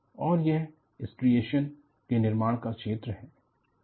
और यह स्ट्रिएशनस के निर्माण का क्षेत्र है